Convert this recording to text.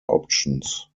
options